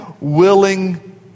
willing